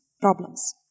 problems